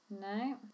No